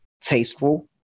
tasteful